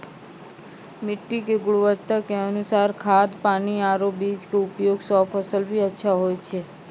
मिट्टी के गुणवत्ता के अनुसार खाद, पानी आरो बीज के उपयोग सॅ फसल भी अच्छा होय छै